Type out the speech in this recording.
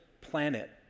planet